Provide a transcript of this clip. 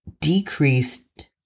decreased